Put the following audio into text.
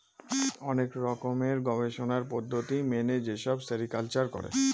অনেক রকমের গবেষণার পদ্ধতি মেনে যেসব সেরিকালচার করে